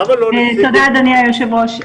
תודה אדוני היושב-ראש.